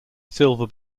silver